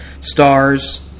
stars